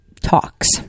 talks